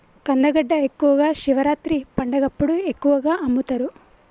కందగడ్డ ఎక్కువగా శివరాత్రి పండగప్పుడు ఎక్కువగా అమ్ముతరు